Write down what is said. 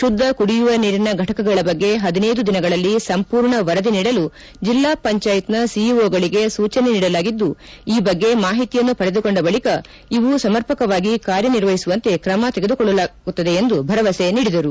ಶುದ್ಧ ಕುಡಿಯುವ ನೀರಿನ ಘಟಕಗಳ ಬಗ್ಗೆ ಹದಿನೈದು ದಿನಗಳಲ್ಲಿ ಸಂಪೂರ್ಣ ವರದಿ ನೀಡಲು ಜಿಲ್ಲಾ ಪಂಚಾಯತ ಸಿಇಓ ಗಳಿಗೆ ಸೂಚನೆ ನೀಡಲಾಗಿದ್ದು ಈ ಬಗ್ಗೆ ಮಾಹಿತಿಯನ್ನು ಪಡೆದುಕೊಂಡ ಬಳಿಕ ಇವು ಸಮರ್ಪಕವಾಗಿ ಕಾರ್ಯನಿರ್ವಹಿಸುವಂತೆ ಕ್ರಮ ತೆಗೆದುಕೊಳ್ಳಲಾಗುತ್ತದೆ ಎಂದು ಭರವಸೆ ನೀಡಿದರು